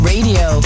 Radio